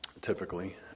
typically